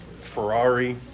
Ferrari